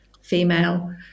female